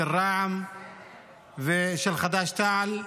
של רע"מ ושל חד"ש-תע"ל,